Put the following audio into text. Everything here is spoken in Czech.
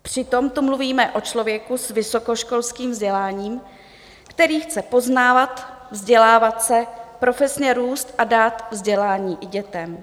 Přitom tu mluvíme o člověku s vysokoškolským vzděláním, který chce poznávat, vzdělávat se, profesně růst a dát vzdělání i dětem.